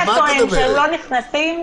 אתה טוען שהם לא נכנסים?